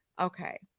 okay